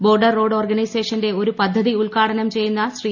border road ഓർഗഉന്നെസേഷന്റെ ഒരു പദ്ധതി ഉദ്ഘാടനം ചെയ്യുന്ന ശ്രീ